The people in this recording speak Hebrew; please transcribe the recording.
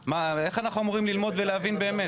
מה, איך אנחנו אמורים ללמוד ולהבין באמת?